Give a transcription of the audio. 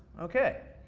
okay,